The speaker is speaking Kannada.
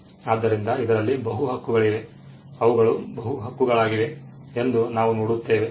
ಆದ್ದರಿಂದ ಇದರಲ್ಲಿ ಬಹು ಹಕ್ಕುಗಳಿವೆ ಅವುಗಳು ಬಹು ಹಕ್ಕುಗಳಾಗಿವೆ ಎಂದು ನಾವು ನೋಡುತ್ತೇವೆ